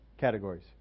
categories